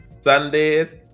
Sundays